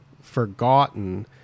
forgotten